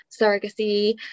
surrogacy